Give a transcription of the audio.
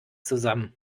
zusammen